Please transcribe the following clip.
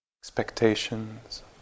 Expectations